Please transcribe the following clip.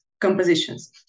compositions